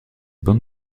bande